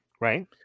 right